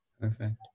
Perfect